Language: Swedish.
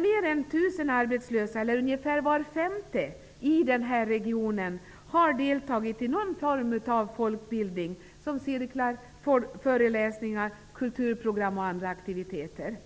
Mer än 1 000 arbetslösa, eller ungefär var femte arbetslös, i denna region har deltagit i någon form av folkbildning, såsom cirklar, föreläsningar, kulturprogram och andra aktiviteter.